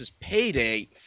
payday